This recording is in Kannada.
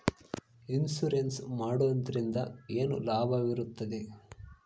ಇನ್ಸೂರೆನ್ಸ್ ಮಾಡೋದ್ರಿಂದ ಏನು ಲಾಭವಿರುತ್ತದೆ?